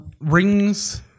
Rings